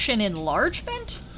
enlargement